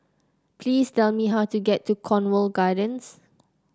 please tell me how to get to Cornwall Gardens